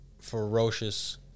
ferocious